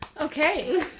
Okay